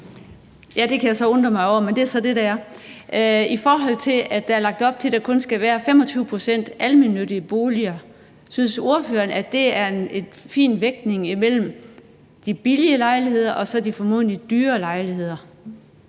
Det kan jeg så undre mig over, men det er så det, det er. I forhold til at der er lagt op til, at der kun skal være 25 pct. almennyttige boliger, synes ordføreren så, at det er en fin vægtning mellem de billige lejligheder og så de formodentlig dyrere lejligheder?